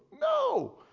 No